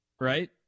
right